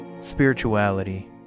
spirituality